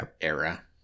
era